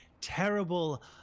terrible